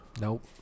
Nope